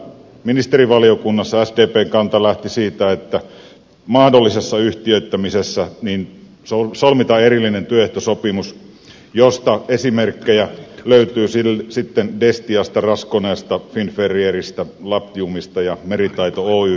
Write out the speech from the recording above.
ministerivaliokunnassa sdpn kanta lähti siitä että mahdollisessa yhtiöittämisessä solmitaan erillinen työehtosopimus josta esimerkkejä löytyy destiasta raskoneesta finferriesistä labtiumista ja meritaito oystä